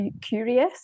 curious